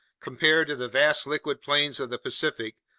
compared to the vast liquid plains of the pacific,